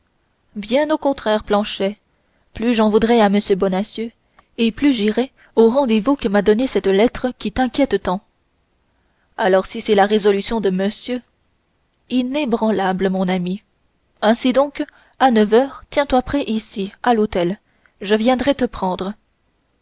bien au contraire planchet plus j'en voudrai à m bonacieux et plus j'irai au rendez-vous que m'a donné cette lettre qui t'inquiète tant alors si c'est la résolution de monsieur inébranlable mon ami ainsi donc à neuf heures tiens-toi prêt ici à l'hôtel je viendrai te prendre